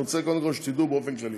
אני רוצה קודם כול שתדעו באופן כללי.